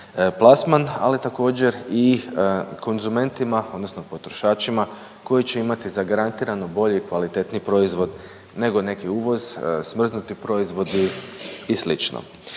plasman, ali također i konzumentima odnosno potrošačima koji će imati zagarantirano bolje i kvalitetniji proizvod nego neki uvoz, smrznuti proizvodi i